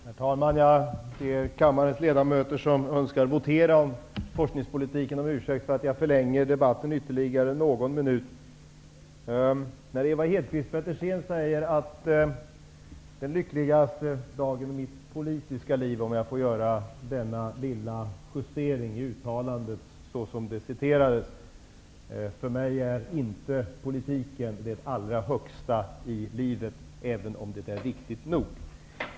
Herr talman! Jag ber kammarens ledamöter som önskar votera om forskningspolitiken om ursäkt för att jag kommer att förlänga debatten någon minut. Ewa Hedkvist Petersen citerade mig. Jag vill därför göra den lilla justeringen att säga att jag sade att det var den lyckligaste dagen i mitt politiska liv. För mig är politiken inte det allra högsta i livet, även om politiken är viktig nog.